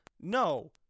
No